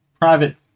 private